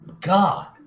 God